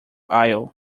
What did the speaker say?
aisle